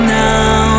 now